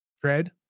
tread